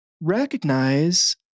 recognize